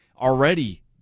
already